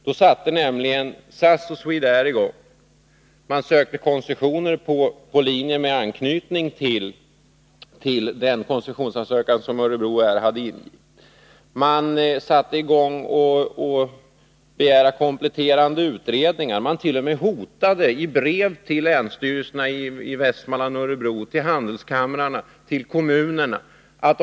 Då satte nämligen SAS och Swedair i gång och sökte koncessioner på linjer med anknytning till den koncessionsansökan Örebro Air hade ingivit, man begärde kompletterande utredningar, i brev till länsstyrelserna i Västmanland och Örebro, till handelskamrarna och till kommunernat.o.m.